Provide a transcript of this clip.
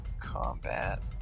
Combat